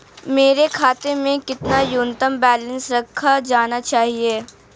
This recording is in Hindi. मेरे खाते में कितना न्यूनतम बैलेंस रखा जाना चाहिए?